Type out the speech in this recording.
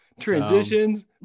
transitions